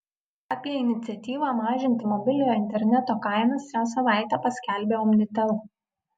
apie iniciatyvą mažinti mobiliojo interneto kainas šią savaitę paskelbė omnitel